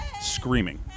screaming